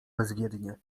bezwiednie